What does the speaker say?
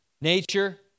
nature